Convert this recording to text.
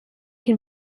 can